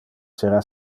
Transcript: sera